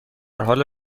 حال